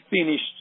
finished